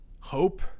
hope